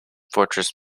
fortress